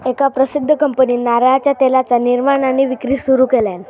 एका प्रसिध्द कंपनीन नारळाच्या तेलाचा निर्माण आणि विक्री सुरू केल्यान